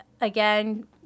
again